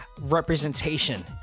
representation